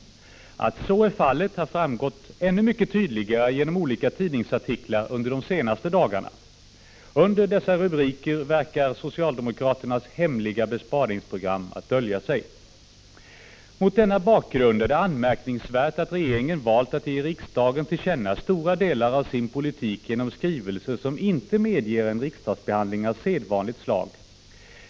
Att så är fallet har framgått ännu tydligare genom olika tidningsartiklar under de senaste dagarna. Under dessa rubriker verkar socialdemokraternas hemliga besparingsprogram att dölja sig. Mot denna bakgrund är det anmärkningsvärt att regeringen valt att ge riksdagen till känna stora delar av sin politik genom skrivelser, som inte medger en riksdagsbehandling av sedvanligt slag.